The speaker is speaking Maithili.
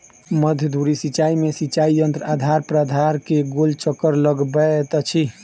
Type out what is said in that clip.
मध्य धुरी सिचाई में सिचाई यंत्र आधार प्राधार के गोल चक्कर लगबैत अछि